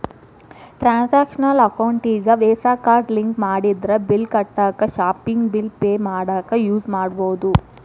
transactional ಅಕೌಂಟಿಗಿ visa card link ಮಾಡಿದ್ರ bill ಕಟ್ಟಾಕ ಶಾಪಿಂಗ್ ಬಿಲ್ ಪೆ ಮಾಡಾಕ ಯೂಸ್ ಮಾಡಬೋದು